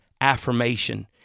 affirmation